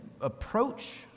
approach